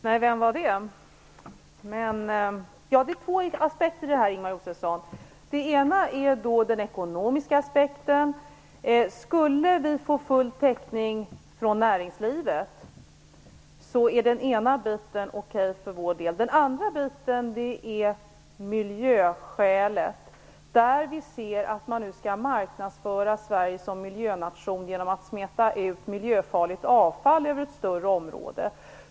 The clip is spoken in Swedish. Herr talman! Nej, vem var det? Det finns två aspekter på det här, Ingemar Josefsson. Den ena är den ekonomiska: Skulle vi få full täckning från näringslivet är den delen okej för vår del. Den andra är den miljömässiga: Vi ser att man nu skall marknadsföra Sverige som miljönation genom att smeta ut miljöfarligt avfall över ett större område.